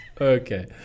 Okay